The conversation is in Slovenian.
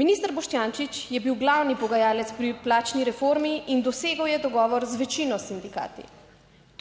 Minister Boštjančič je bil glavni pogajalec pri plačni reformi in dosegel je dogovor z večino s sindikati,